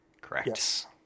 Correct